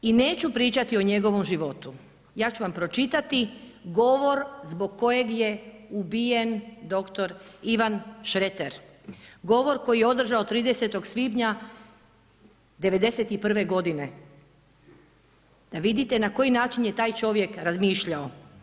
I neću pričati o njegovom životu, ja ću vam pročitati govor zbog kojeg je ubijen dr. Ivan Šreter, govor koji je održao 30. svibnja '91. godine., da vidite na koji način je taj čovjek razmišljao.